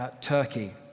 Turkey